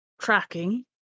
tracking